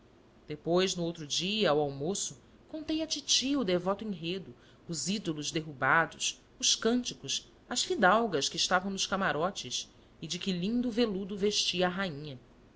depois no outro dia ao almoço contei à titi o devoto enredo os ídolos derrubados os cânticos as fidalgas que estavam nos camarotes e de que lindo veludo vestia a rainha